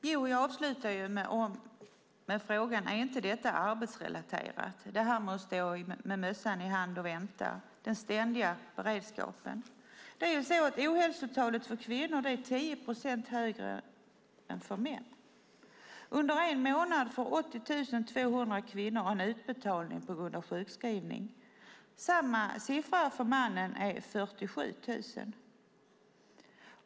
Fru talman! Jag avslutar med frågan om inte det är arbetsrelaterat att man får stå med mössan i handen och vänta, den ständiga beredskapen. Ohälsotalet för kvinnor är 10 procent högre än för män. Under en månad får 80 200 kvinnor en utbetalning på grund av sjukskrivning. Motsvarande siffra för männen är 47 000.